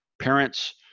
parents